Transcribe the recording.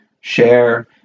share